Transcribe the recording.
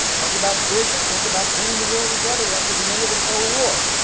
talk about vision talk about bringing the work together after the end of the cold war.